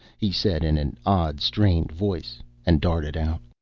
he said in an odd strained voice and darted out.